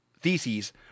theses